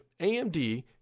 AMD